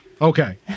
Okay